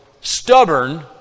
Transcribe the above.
stubborn